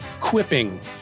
quipping